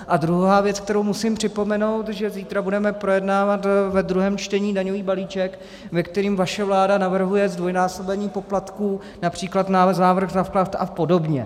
A druhá věc, kterou musím připomenout, že zítra budeme projednávat ve druhém čtení daňový balíček, ve kterém vaše vláda navrhuje zdvojnásobení poplatků například za návrh na vklad apod.